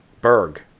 berg